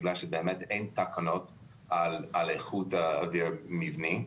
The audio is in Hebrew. בגלל שאין תקנות על איכות האוויר במבנים.